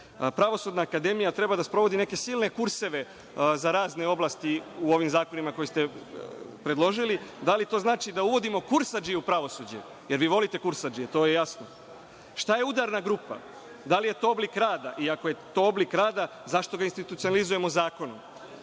Pravosudna akademija treba da sprovodi neke silne kurseve za razne oblasti u ovim zakonima koje ste predložili. Da li to znači da uvodimo kursadžije u pravosuđe, jer vi volite kursadžije, to je jasno? Šta je udarna grupa. Da li je to oblik rada? Ako je to oblik rada, zašto ga institucionalizujemo zakonom?